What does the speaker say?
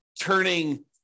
turning